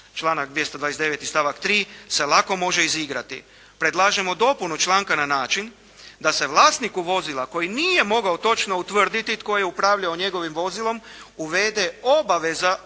članak 229. stavak 3., se lako može izigrati. Predlažemo dopunu članka na način da se vlasniku vozila koji nije mogao točno utvrditi tko je upravljao njegovim vozilom uvede obaveza vođenja